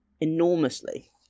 enormously